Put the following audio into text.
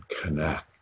Connect